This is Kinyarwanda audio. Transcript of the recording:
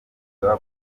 rwa